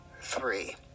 three